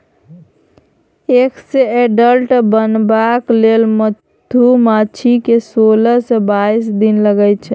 egg सँ adult बनबाक लेल मधुमाछी केँ सोलह सँ बाइस दिन लगै छै